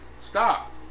Stop